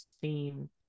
theme